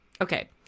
Okay